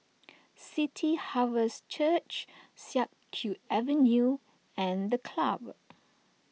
City Harvest Church Siak Kew Avenue and the Club